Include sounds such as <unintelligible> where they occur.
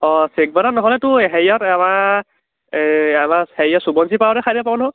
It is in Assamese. অঁ <unintelligible> নহ'লে তোৰ হেৰিয়াত আমাৰ আমাৰ হেৰিয়াত সোৱণশিৰি পাৰতে খাই দিব পাৰো নহয়